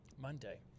Monday